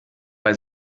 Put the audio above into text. bei